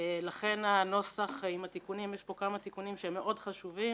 לכן הנוסח עם התיקונים יש פה כמה תיקונים שהם מאוד חשובים.